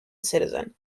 citizen